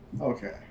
Okay